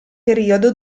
periodo